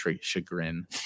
chagrin